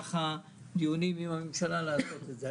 במהלך הדיונים עם הממשלה לעשות את זה.